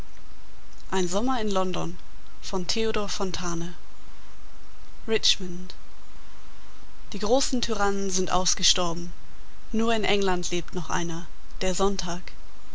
richmond die großen tyrannen sind ausgestorben nur in england lebt noch einer der sonntag